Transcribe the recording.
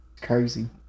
Crazy